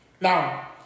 Now